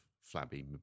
flabby